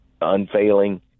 unfailing